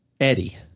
Eddie